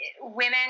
Women